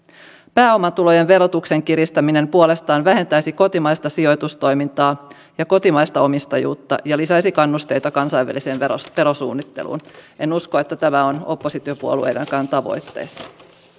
pääomatulojen verotuksen kiristäminen puolestaan vähentäisi kotimaista sijoitustoimintaa ja kotimaista omistajuutta ja lisäisi kannusteita kansainväliseen verosuunnitteluun en usko että tämä on oppositiopuolueidenkaan tavoitteissa